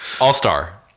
all-star